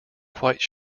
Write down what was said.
quite